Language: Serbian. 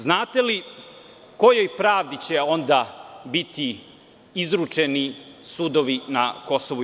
Znate li kojoj pravdi će onda biti izručeni sudovi na KiM?